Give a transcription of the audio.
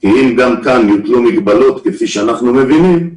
כי אם גם כאן יוטלו מגבלות כפי שאנחנו מבינים,